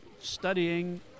studying